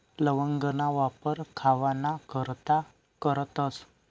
लवंगना वापर खावाना करता करतस